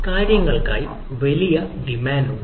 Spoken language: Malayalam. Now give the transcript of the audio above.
കാര്യങ്ങൾക്കായി വലിയ ഡിമാൻഡുണ്ട്